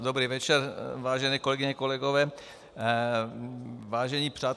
Dobrý večer, vážené kolegyně, kolegové, vážení přátelé.